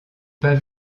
pas